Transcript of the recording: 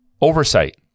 oversight